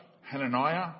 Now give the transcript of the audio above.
Hananiah